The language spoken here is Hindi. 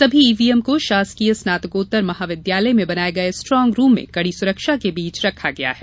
सभी ईवीएम को शासकीय स्नात्तकोत्तर महाविद्यालय में बनाए गए स्ट्रॉग रूम में कड़ी सुरक्षा के बीच रखा गया है